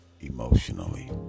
emotionally